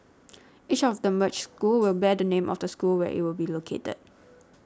each of the merged schools will bear the name of the school where it will be located